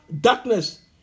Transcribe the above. darkness